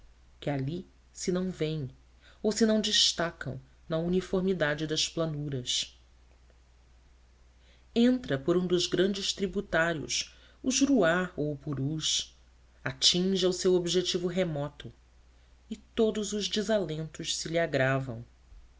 que ali se não vêem ou se não destacam na uniformidade das planuras entra por um dos grandes tributários o juruá ou o purus atinge ao seu objetivo remoto e todos os desalentos se lhe agravam